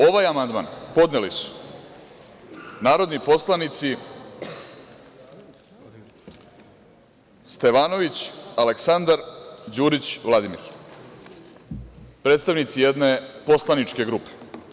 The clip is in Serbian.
Ovaj amandman podneli su narodni poslanici Stevanović Aleksandar i Đurić Vladimir, predstavnici jedne poslaničke grupe.